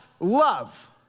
Love